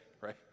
right